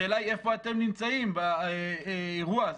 השאלה היא: איפה אתם נמצאים באירוע הזה?